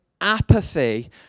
apathy